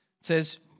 says